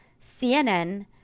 CNN